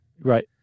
Right